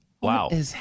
Wow